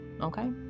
okay